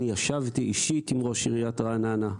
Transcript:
ישבתי אישית עם ראש עיריית רעננה,